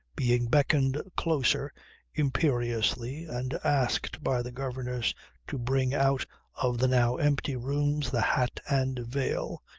being beckoned closer imperiously and asked by the governess to bring out of the now empty rooms the hat and veil,